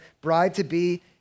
bride-to-be